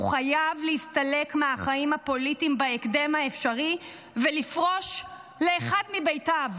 הוא חייב להסתלק מהחיים הפוליטיים בהקדם האפשרי ולפרוש לאחד מבתיו,